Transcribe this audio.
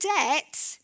debt